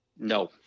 No